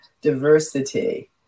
diversity